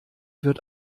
wird